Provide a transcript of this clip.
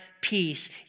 peace